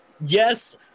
yes